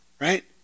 right